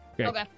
Okay